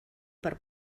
per